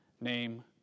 name